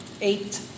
eight